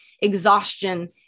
exhaustion